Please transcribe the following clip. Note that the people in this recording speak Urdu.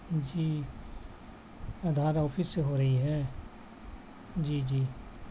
جی آدھار آفس سے ہو رہی ہے جی جی